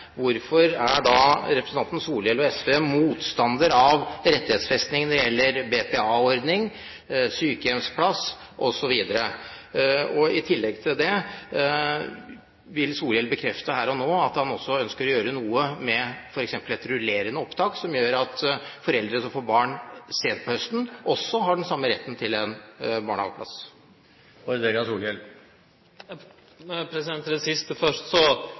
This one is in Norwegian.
hvorfor er da representanten Solhjell og SV motstander av rettighetsfesting når det gjelder BPA-ordning, sykehjemsplass, osv.? I tillegg: Vil Solhjell bekrefte her og nå at han ønsker å gjøre noe, med f.eks. et rullerende opptak, slik at foreldre som får barn sent på høsten, også har den samme retten til barnehageplass? Til det siste først: